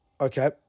Okay